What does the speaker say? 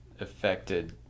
affected